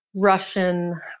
Russian